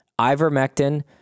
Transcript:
ivermectin